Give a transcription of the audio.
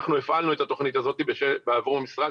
אנחנו הפעלנו את התוכנית הזאת עבור המשרד,